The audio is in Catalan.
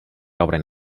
obren